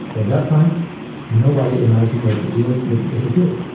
at that time nobody imagined that the eels would disappear.